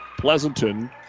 Pleasanton